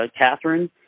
Catherine